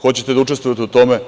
Hoćete da učestvujete u tome?